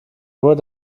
nur